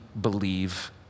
believe